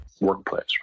workplace